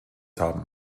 haben